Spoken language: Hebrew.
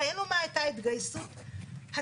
ראינו מה הייתה ההתגייסות הטוטלית,